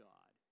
God